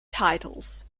titles